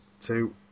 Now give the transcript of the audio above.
two